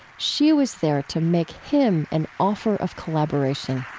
she was there to make him an offer of collaboration